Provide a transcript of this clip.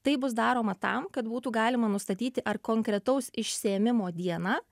tai bus daroma tam kad būtų galima nustatyti ar konkretaus išsiėmimo dieną